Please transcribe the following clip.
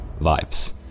vibes